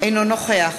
אינו נוכח